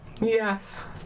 Yes